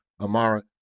Amara